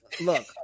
look